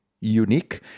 unique